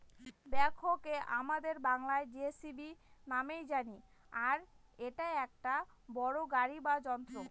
ব্যাকহোকে আমাদের বাংলায় যেসিবি নামেই জানি আর এটা একটা বড়ো গাড়ি বা যন্ত্র